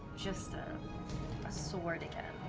just a sword again.